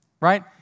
right